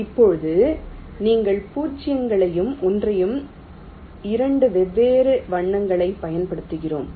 இப்போது நீங்கள் பூஜ்ஜியங்களையும் ஒன்றையும் இரண்டு வெவ்வேறு வண்ணங்களைப் பயன்படுத்துகிறோம்